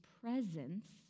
presence